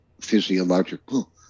physiological